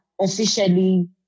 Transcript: officially